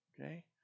Okay